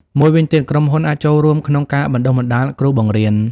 មួយវិញទៀត ក្រុមហ៊ុនអាចចូលរួមក្នុង ការបណ្តុះបណ្តាលគ្រូបង្រៀន។